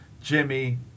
Jimmy